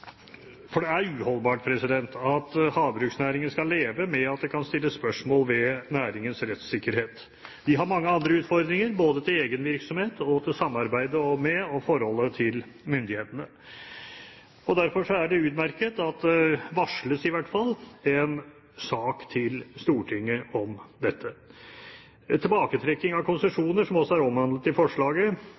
for det er uholdbart at havbruksnæringen skal leve med at det kan stilles spørsmål ved næringens rettssikkerhet. De har mange andre utfordringer, både når det gjelder egen virksomhet, og når det gjelder samarbeidet med og forholdet til myndighetene. Derfor er det utmerket at det i hvert fall varsles en sak til Stortinget om dette. Tilbaketrekking av konsesjoner, som også er omhandlet i forslaget,